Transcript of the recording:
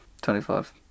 Twenty-five